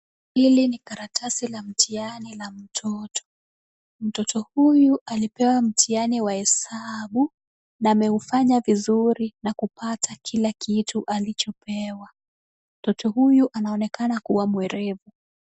Hili ni karatasi la mtihani la mtoto. Mtoto huyu alipewa mtihani wa hesabu na ameufanya vizuri na kupata kila kitu alichopewa. Mtoto huyu anaonekana kuwa mwerevu.